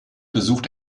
besucht